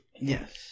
yes